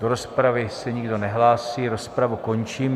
Do rozpravy se nikdo nehlásí, rozpravu končím.